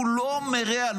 הוא לא מרע,